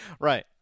Right